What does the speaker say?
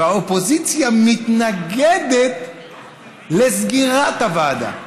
והאופוזיציה מתנגדת לסגירת הוועדה.